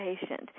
patient